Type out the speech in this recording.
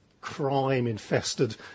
crime-infested